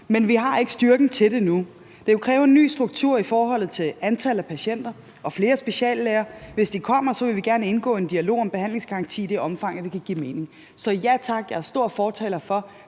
»Men vi har ikke styrken til det nu. Det vil kræve en ny struktur i forholdet til antal patienter og flere speciallæger. Hvis det kommer, så vil vi gerne indgå i en dialog om behandlingsgaranti i det omfang, at det kan give mening.« Så ja tak, jeg er stor fortaler for